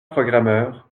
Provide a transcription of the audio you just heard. programmeur